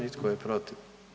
I tko je protiv?